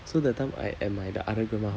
so that time I at my the other grandma house